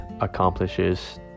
accomplishes